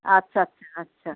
আচ্ছা আচ্ছা আচ্ছা